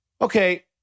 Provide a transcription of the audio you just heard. okay